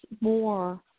more